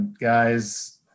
guys